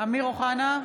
אמיר אוחנה,